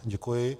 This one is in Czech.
Děkuji.